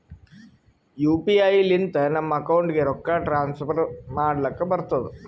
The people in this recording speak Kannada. ಯು ಪಿ ಐ ಲಿಂತ ನಮ್ ಅಕೌಂಟ್ಗ ರೊಕ್ಕಾ ಟ್ರಾನ್ಸ್ಫರ್ ಮಾಡ್ಲಕ್ ಬರ್ತುದ್